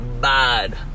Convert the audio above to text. bad